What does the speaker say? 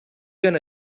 gonna